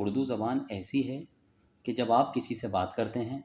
اردو ایسی ہے کہ جب آپ کسی سے بات کرتے ہیں